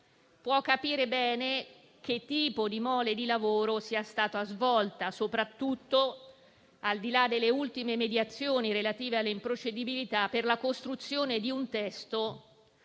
può capire bene quale sia la mole del lavoro svolto, soprattutto al di là delle ultime mediazioni relative alle improcedibilità per la costruzione di un testo